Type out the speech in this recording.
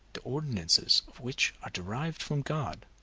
the ordinances of which are derived from god,